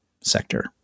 sector